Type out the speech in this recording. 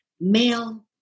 male